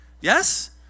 Yes